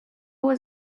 was